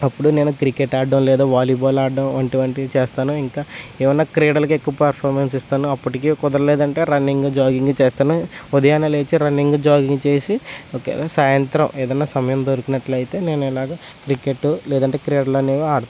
అప్పుడు నేను క్రికెట్ ఆడడం లేదా వాలీబాల్ ఆడడం వంటి వంటివి చేస్తాను ఇంకా ఏమైనా క్రీడలకు ఎక్కువ పర్ఫామెన్స్ ఇస్తాను అప్పటికీ కుదరలేదంటే రన్నింగ్ జాగింగ్ చేస్తాను ఉదయాన్నే లేచి రన్నింగ్ జాగింగ్ చేసి ఒకవేళ సాయంత్రం ఏదైనా సమయం దొరికినట్లయితే నేను ఎలాగా క్రికెట్ లేదంటే క్రీడలు అనేవి ఆడతాను